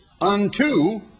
unto